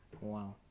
Wow